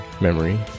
memory